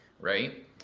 right